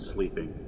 Sleeping